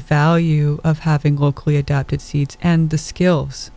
value of having locally adopted seeds and the skills